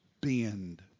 bend